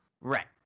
Right